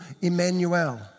Emmanuel